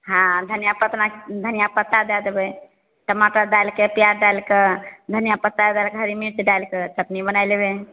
हाँ धनिया पत्ता ने धनिया पत्ता दै देबै टमाटर डालि कऽ प्याज डालि कऽ धनिया पत्ता डालि कऽ हरी मिर्च डालि कऽ चटनी बनाए लेबै